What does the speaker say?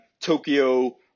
Tokyo